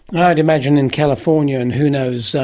i'd imagine in california and, who knows,